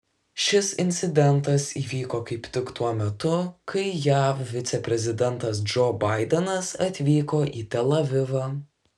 šis incidentas įvyko kaip tik tuo metu kai jav viceprezidentas džo baidenas atvyko į tel avivą